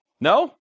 No